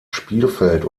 spielfeld